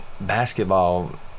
basketball